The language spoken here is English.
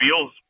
feels